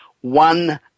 one